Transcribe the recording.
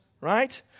right